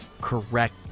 correct